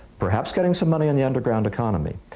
perhaps getting some money in the underground economy,